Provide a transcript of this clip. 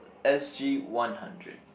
s_g one hundred